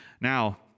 Now